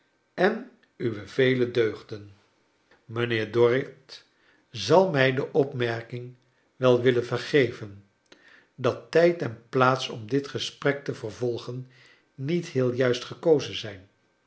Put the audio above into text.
en uwe vela deugden mijnheer dorrit zal mij de opmerkleine dorrit king wel willen vergeven dat tijd en plaats om dit gesprek te vervogen niet heel juist gekozen zijn